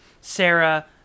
Sarah